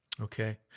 okay